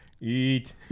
Eat